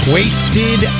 Wasted